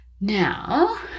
Now